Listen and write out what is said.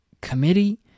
Committee